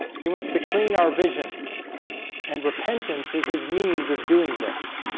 he wants to clean our vision and repentance is his means of doing this